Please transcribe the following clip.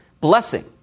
blessing